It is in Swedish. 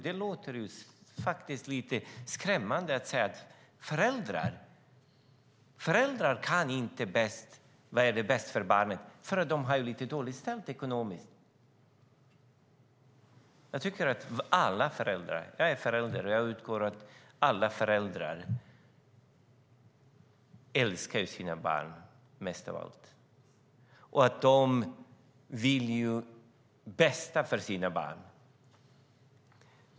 Det låter faktiskt lite skrämmande: Föräldrarna vet inte vad som är bäst för barnet, för de har det lite dåligt ställt ekonomiskt. Jag är förälder, och jag utgår från att alla föräldrar älskar sina barn mest av allt. De vill det bästa för sina barn.